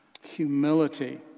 Humility